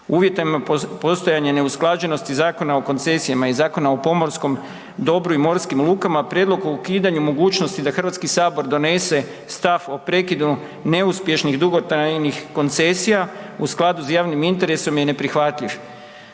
postojanje neusklađenosti Zakon o koncesijama i Zakona o pomorskom dobru i morskim lukama, prijedlog o ukidanju mogućnosti da Hrvatski sabor donese stav o prekidu neuspješnih dugotrajnih koncesija u skladu sa javnim interesom je neprihvatljiv.